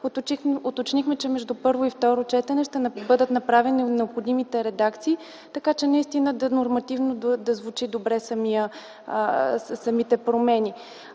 Уточнихме, че между първо и второ четене ще бъдат направени необходимите редакции, така че наистина нормативно да звучат добре самите промени.